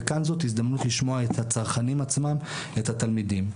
וכאן זאת הזדמנות לשמוע את הצרכנים עצמם את התלמידים.